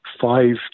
five